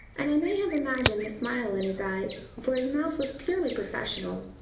and i may have imagined the smile in his eyes, for his mouth was purely professional.